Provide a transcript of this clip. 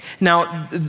Now